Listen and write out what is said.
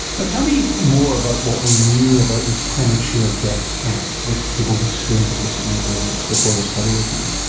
but tell me more about what we knew about this premature death gap with people with severe and persistent mental illness before this study was done.